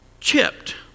chipped